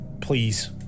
please